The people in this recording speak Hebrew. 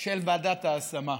של ועדת ההשמה.